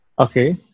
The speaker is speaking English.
okay